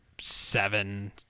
seven